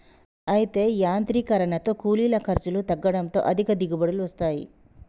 అయితే యాంత్రీకరనతో కూలీల ఖర్చులు తగ్గడంతో అధిక దిగుబడులు వస్తాయి